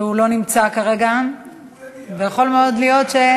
שלא נמצא כרגע ויכול מאוד להיות,